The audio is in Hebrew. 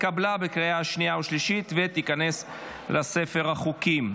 התקבלה בקריאה שנייה ושלישית ותיכנס לספר החוקים.